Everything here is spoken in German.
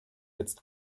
jetzt